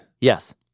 Yes